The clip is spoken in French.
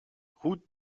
route